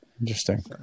Interesting